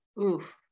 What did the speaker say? Oof